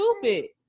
stupid